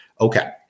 Okay